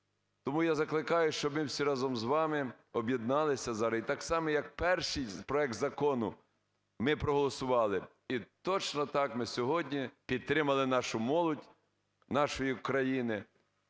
Тому я закликаю, щоб ми всі разом з вами об'єдналися зараз і так само як перший проект закону ми проголосували, і точно так ми сьогодні підтримали нашу молодь нашої країни